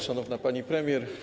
Szanowna Pani Premier!